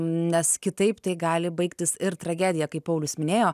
nes kitaip tai gali baigtis ir tragedija kaip paulius minėjo